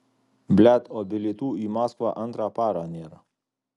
blet o bilietų į maskvą antrą parą nėra